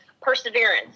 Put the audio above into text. perseverance